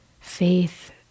Faith